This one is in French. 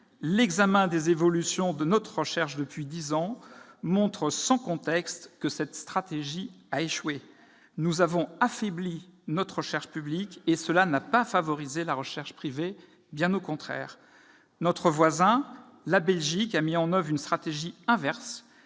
L'examen des évolutions de notre recherche depuis dix ans montre, sans conteste, que cette stratégie a échoué. Nous avons affaibli notre recherche publique sans favoriser la recherche privée, bien au contraire. Notre voisin, la Belgique, a mis en oeuvre une stratégie inverse